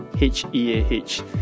H-E-A-H